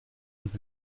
und